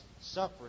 suffering